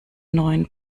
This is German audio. neun